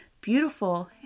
beautiful